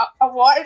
award